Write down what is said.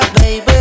baby